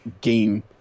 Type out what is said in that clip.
game